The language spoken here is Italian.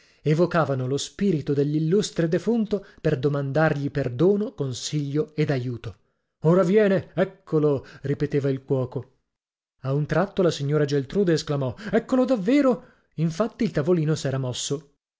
evocavano lo spirito dell'illustre defunto per domandargli perdono consiglio ed aiuto ora viene eccolo ripeteva il cuoco a un tratto la signora geltrude esclamò eccolo davvero infatti il tavolino s'era mosso